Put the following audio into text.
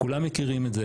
כולם מכירים את זה,